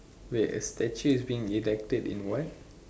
wait a statue is being erected in what